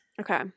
Okay